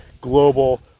global